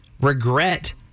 regret